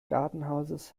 gartenhauses